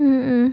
mm